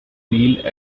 neil